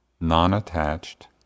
non-attached